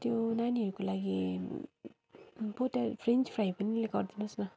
त्यो नानीहरूको लागि पोट्या फ्रेन्च फ्राई पनि गरिदिनुहोस् न